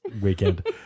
weekend